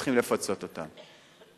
צריכים לפצות אותם.